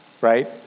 right